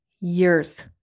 years